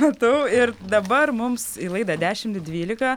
matau ir dabar mums į laidą dešimt dvylika